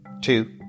two